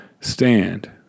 stand